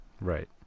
Right